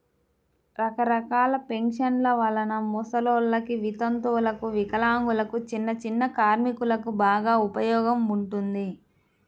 రకరకాల పెన్షన్ల వలన ముసలోల్లకి, వితంతువులకు, వికలాంగులకు, చిన్నచిన్న కార్మికులకు బాగా ఉపయోగం ఉంటుంది